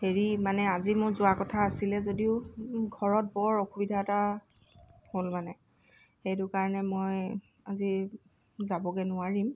হেৰি মানে আজি মোৰ যোৱা কথা আছিলে যদিও ঘৰত বৰ অসুবিধা এটা হ'ল মানে সেইটো কাৰণে মই আজি যাবগৈ নোৱাৰিম